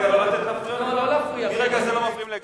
מרגע זה לא מפריעים לגפני.